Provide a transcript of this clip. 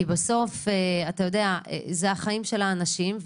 כי בסוף זה החיים של האנשים.